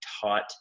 taught